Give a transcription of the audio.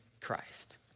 Christ